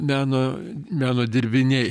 meno meno dirbiniai